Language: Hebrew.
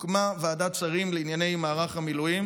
הוקמה ועדת שרים לענייני מערך המילואים